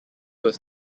was